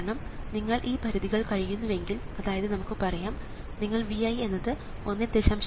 കാരണം നിങ്ങൾ ഈ പരിധികൾ കവിയുന്നുവെങ്കിൽ അതായത് നമുക്ക് പറയാം നിങ്ങൾ Vi എന്നത് 1